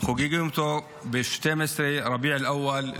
חוגגים אותו ב-12 רביע אל-אוול,